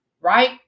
right